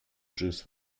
juice